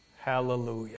Hallelujah